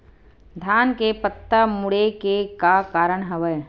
धान के पत्ता मुड़े के का कारण हवय?